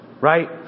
right